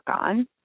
on